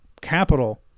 capital